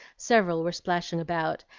several were splashing about,